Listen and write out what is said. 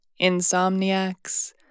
insomniacs